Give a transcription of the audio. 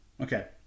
Okay